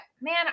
man